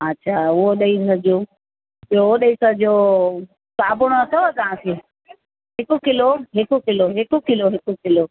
अछा उहो ॾेई छॾिजो ॿियो हो ॾेई छॾिजो साबुणु अथव तव्हांखे हिकु किलो हिकु हिकु किलो हिकु किलो